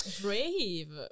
Brave